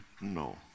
No